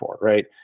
right